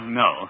no